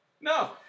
No